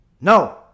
No